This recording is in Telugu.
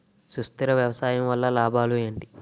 సుస్థిర వ్యవసాయం వల్ల లాభాలు ఏంటి?